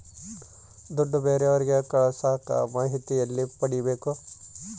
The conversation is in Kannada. ದುಡ್ಡು ಬೇರೆಯವರಿಗೆ ಕಳಸಾಕ ಮಾಹಿತಿ ಎಲ್ಲಿ ಪಡೆಯಬೇಕು?